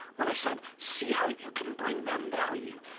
when i said, see how you can bring them value.